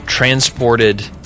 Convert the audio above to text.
transported